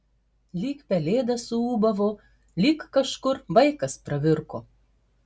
lyg pelėda suūbavo lyg kažkur vaikas pravirko